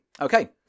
Okay